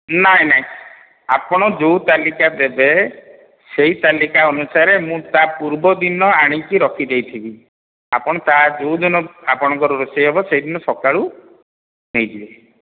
ନାଇଁ ନାଇଁ ଆପଣ ଯେଉଁ ତାଲିକା ଦେବେ ସେଇ ତାଲିକା ଅନୁସାରେ ମୁଁ ତା ପୂର୍ବଦିନ ଆଣିକି ରଖିଦେଇଥିବି ଆପଣ ତା ଯେଉଁଦିନ ଆପଣଙ୍କର ରୋଷେଇ ହେବ ସେଇଦିନ ସକାଳୁ ନେଇଯିବେ